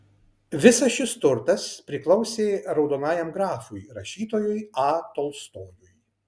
visas šis turtas priklausė raudonajam grafui rašytojui a tolstojui